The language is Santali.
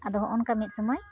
ᱟᱫᱚ ᱦᱚᱜᱼᱚᱸᱭ ᱱᱚᱝᱠᱟ ᱢᱤᱫ ᱥᱚᱢᱚᱭ